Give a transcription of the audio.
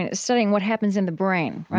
and studying what happens in the brain.